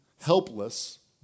helpless